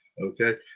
Okay